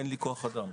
אין לי כוח אדם.